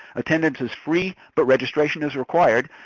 attendance is free, but registration is required.